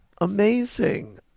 Amazing